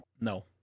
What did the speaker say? No